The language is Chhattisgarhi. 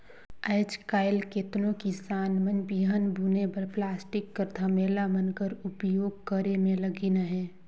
आएज काएल केतनो किसान मन बीहन बुने बर पलास्टिक कर धमेला मन कर उपियोग करे मे लगिन अहे